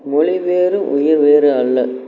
மொழி வேறு உயிர் வேறு அல்ல